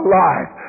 life